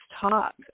talk